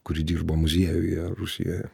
kuri dirbo muziejuje rusijoje